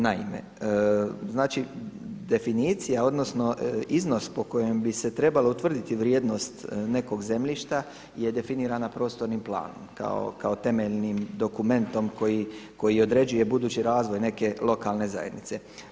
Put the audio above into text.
Naime, znači, definicija, odnosno iznos po kojem bi se trebala utvrditi vrijednost nekog zemljišta je definirana prostornim planom kao temeljnim dokumentom koji određuje budući razvoj neke lokalne zajednice.